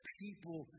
people